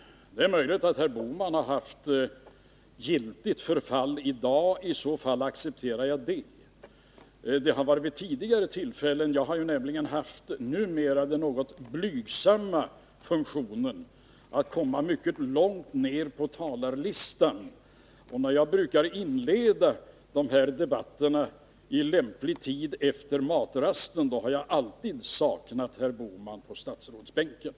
Det är möjligt att Gösta Bohman har haft giltigt förfall i dag, och då accepterar jag det, men jag syftar på tidigare tillfällen. Jag har ju en tid haft en så blygsam funktion att jag kommit mycket långt ner på talarlistan, och jag har brukat inleda mitt anförande i lämplig tid efter matrasten. Då har jag alltid saknat Gösta Bohman på statsrådsbänken.